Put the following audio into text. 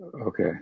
Okay